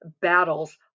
battles